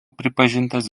pripažintas